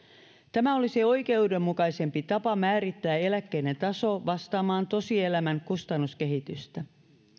tämä olisi oikeudenmukaisempi tapa määrittää eläkkeiden taso vastaamaan tosielämän kustannuskehitystä